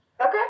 Okay